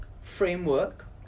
framework